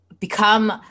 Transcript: become